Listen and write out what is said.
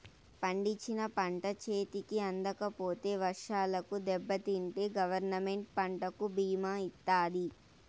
పండించిన పంట చేతికి అందకపోతే వర్షాలకు దెబ్బతింటే గవర్నమెంట్ పంటకు భీమా ఇత్తాది